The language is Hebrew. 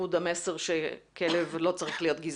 בייחוד המסר שכלב לא צריך להיות גזעי.